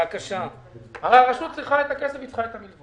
הרי הרשות צריכה את הכסף, היא צריכה את המילוות.